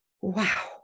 wow